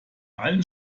allen